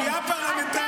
עשייה פרלמנטרית אין.